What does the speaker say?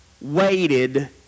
waited